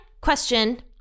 question